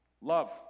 Love